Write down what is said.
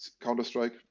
Counter-Strike